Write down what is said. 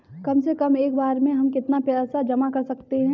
कम से कम एक बार में हम कितना पैसा जमा कर सकते हैं?